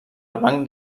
banc